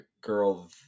girl